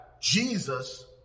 Jesus